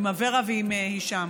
עם אברה ועם הישאם.